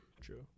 True